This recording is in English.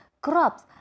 crops